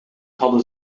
hadden